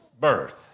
birth